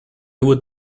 would